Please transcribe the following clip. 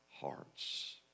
hearts